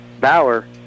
Bauer